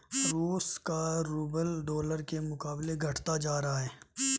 रूस का rouble dollar के मुकाबले घटता जा रहा है